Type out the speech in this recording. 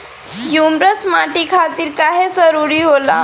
Humus माटी खातिर काहे जरूरी होला?